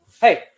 hey